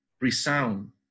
resound